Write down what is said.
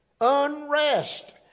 Unrest